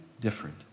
different